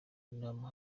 nama